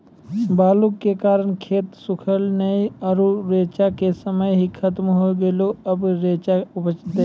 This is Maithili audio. बालू के कारण खेत सुखले नेय आरु रेचा के समय ही खत्म होय गेलै, अबे रेचा उपजते?